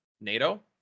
nato